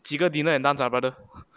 几个 dinner and dance ah brother